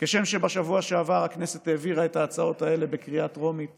שכשם שבשבוע שעבר הכנסת העבירה את ההצעות האלה בקריאה טרומית